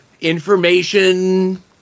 information